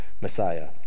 Messiah